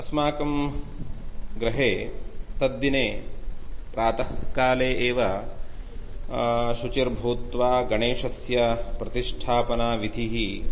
अस्माकं गृहे तद्दिने प्रातःकाले एव शुचिर्भूत्वा गणेशस्य प्रतिष्ठापना विधिः